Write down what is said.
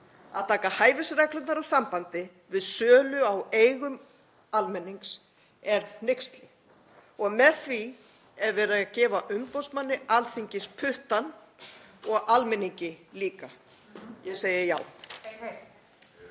Að taka hæfisreglurnar úr sambandi við sölu á eigum almennings er hneyksli og með því er verið að gefa umboðsmanni Alþingis puttann og almenningi líka. Ég segi já.